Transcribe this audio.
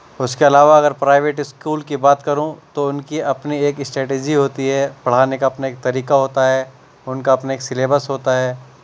اس کے علاوہ اگر پرائیویٹ اسکول کی بات کروں تو ان کی اپنی ایک اسٹریٹجی ہوتی ہے پڑھانے کا اپنا ایک طریقہ ہوتا ہے ان کا اپنا ایک سلیبس ہوتا ہے